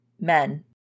men